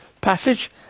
passage